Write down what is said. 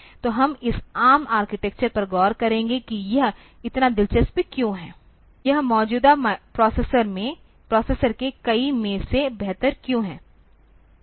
तो हम इस ARM आर्किटेक्चर पर गौर करेंगे कि यह इतना दिलचस्प क्यों है यह मौजूदा प्रोसेसर के कई में से बेहतर क्यों है